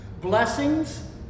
Blessings